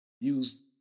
use